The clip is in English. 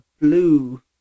blue